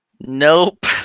Nope